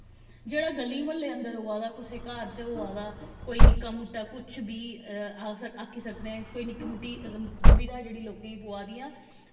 जेह्ड़ा गली म्हल्ले अंदर होआ दा कुसै दे घर च होआ दा कोई नि'क्का मुट्टा कुछ बी अस आखी सकने कोई नि'क्की मुट्टी दुविधा जेह्ड़ी लोकें ई पोआ दि'यां